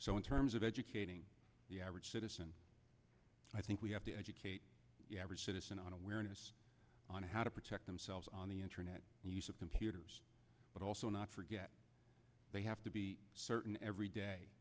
so in terms of educating the average citizen i think we have to educate every citizen on awareness on how to protect themselves on the internet use of computers but also not forget they have to be certain every day